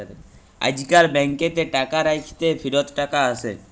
আইজকাল ব্যাংকেতে টাকা রাইখ্যে ফিরত টাকা আসে